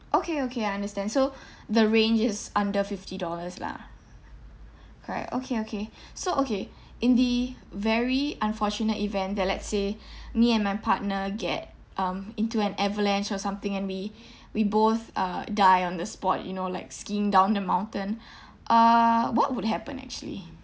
okay okay I understand so the range is under fifty dollars lah correct okay okay so okay in the very unfortunate event that let's say me and my partner get um into an avalanche or something and we we both uh die on the spot you know like skiing down the mountain uh what would happen actually